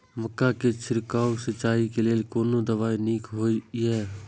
मक्का के छिड़काव सिंचाई के लेल कोन दवाई नीक होय इय?